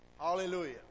Hallelujah